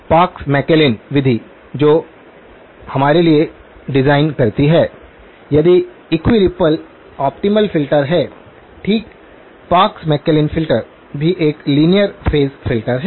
parks McClellan विधि जो हमारे लिए डिज़ाइन करती है यदि इक्वी रिपल ऑप्टीमल फ़िल्टर है ठीक पार्क्स मैकलेलन फ़िल्टर भी एक लीनियर फेज फ़िल्टर है